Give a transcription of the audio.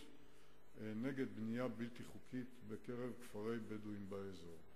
נגד בנייה בלתי חוקית בכפרי בדואים באזור.